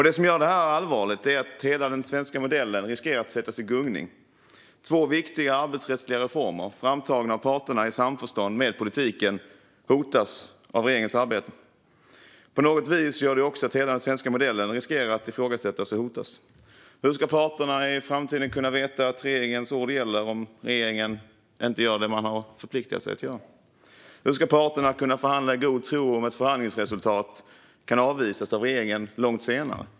Det som gör det allvarligt är att hela den svenska modellen riskerar att sättas i gungning. Två viktiga arbetsrättsliga reformer, framtagna av parterna i samförstånd med politiken, hotas av regeringens arbete. På något vis gör det också att hela den svenska modellen riskerar att ifrågasättas och hotas. Hur ska parterna i framtiden kunna veta att regeringens ord gäller om regeringen inte gör det man har förpliktat sig till? Hur ska parterna kunna förhandla i god tro om ett förhandlingsresultat kan avvisas av regeringen långt senare?